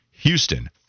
Houston